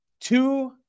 two